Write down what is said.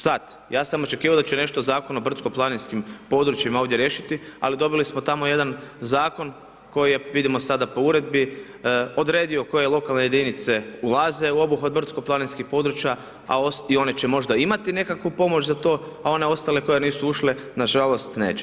Sad, ja sam očekivao da će nešto Zakon o brdsko-planinskim područjima ovdje riješiti, ali dobili smo tamo jedan zakon, koji je, vidimo sada po uredbi odredio koje lokalne jedinice ulaze u obuhvat brdsko-planinskih područja i one će možda imati nekakvu pomoć za to, a one ostale koje nisu ušle, nažalost neće.